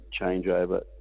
changeover